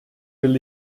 will